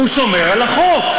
הוא שומר על החוק,